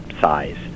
size